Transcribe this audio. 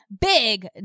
Big